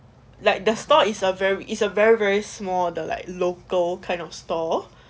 like the store is a very is a very very small the like local kind of store